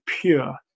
pure